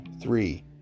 three